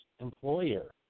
employer